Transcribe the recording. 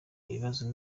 ibibazo